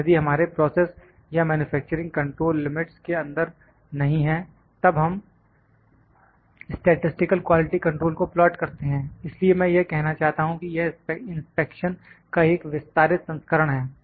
यदि हमारे प्रोसेस या मैन्युफैक्चरिंग कंट्रोल लिमिट्स के अंदर नहीं है तब हम स्टैटिसटिकल क्वालिटी कंट्रोल को प्लाट करते हैं इसलिए मैं यह कहना चाहता हूं कि यह इंस्पेक्शन का एक विस्तारित संस्करण है